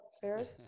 first